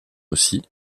aussi